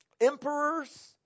emperors